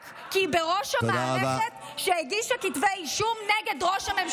רק כי היא בראש המערכת שהגישה כתבי אישום נגד ראש הממשלה.